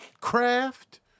craft